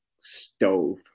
stove